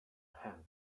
have